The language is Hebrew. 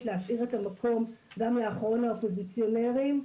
להשאיר את המקום גם לאחרון האופוזיציונרים.